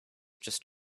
just